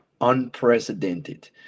unprecedented